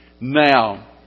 now